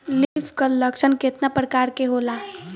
Leaf curl लक्षण केतना परकार के होला?